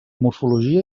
morfologia